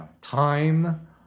time